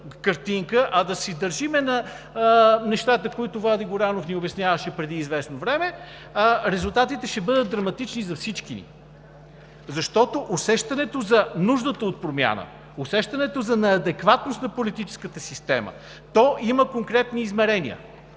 картинка, а да си държим на нещата, които Влади Горанов ни обясняваше преди известно време, резултатите ще бъдат драматични за всички ни, защото усещането за нуждата от промяна, усещането за неадекватност на политическата система има конкретни измерения.